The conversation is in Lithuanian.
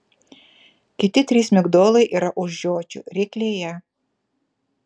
kiti trys migdolai yra už žiočių ryklėje